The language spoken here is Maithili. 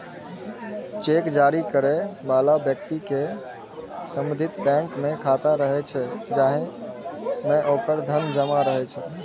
चेक जारी करै बला व्यक्ति के संबंधित बैंक मे खाता रहै छै, जाहि मे ओकर धन जमा रहै छै